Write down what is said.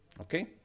Okay